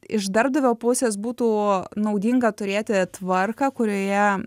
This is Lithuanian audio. iš darbdavio pusės būtų naudinga turėti tvarką kurioje